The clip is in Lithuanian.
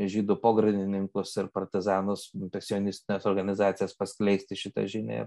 žydų pogrindininkus ir partizanus nu tas sionistines organizacijas paskleisti šitą žinią